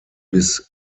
bis